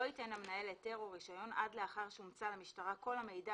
לא ייתן המנהל היתר או רישיון עד לאחר שהומצא למשטרה עכל המידע